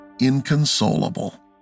Inconsolable